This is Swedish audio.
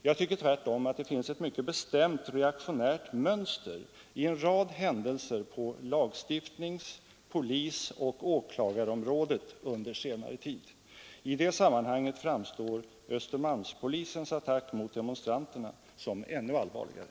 Jag tycker tvärtom att det finns ett mycket bestämt reaktionärt mönster i en rad händelser på lagstiftnings-, polisoch åklagarområdet under senare tid. I det sammanhanget framstår Östermalmspolisens attack mot demonstranterna som ännu allvarligare.